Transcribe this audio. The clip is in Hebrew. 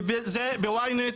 וזה ב-YNET,